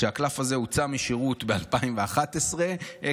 גיליתי שהקלף הזה הוצא משירות ב-2011 עקב,